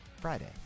friday